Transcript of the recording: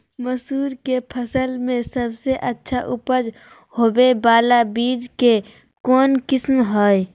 मसूर के फसल में सबसे अच्छा उपज होबे बाला बीज के कौन किस्म हय?